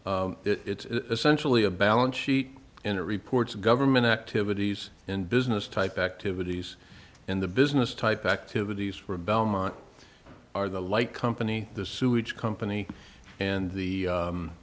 its essential e a balance sheet and it reports government activities and business type activities in the business type activities for belmont are the light company the sewage company and the